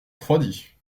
refroidit